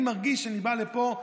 אני מרגיש שכשאני בא לפה,